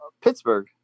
Pittsburgh